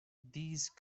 these